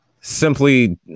simply